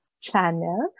channel